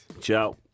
Ciao